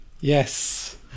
Yes